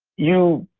you,